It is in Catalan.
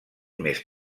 més